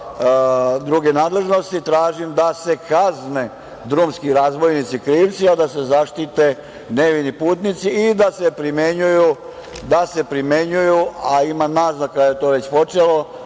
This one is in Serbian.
druge nadležnosti tražim da se kazne drumski razbojnici krivci, a da se zaštite nevini putnici i da se primenjuju, a ima naznaka da je to već počelo,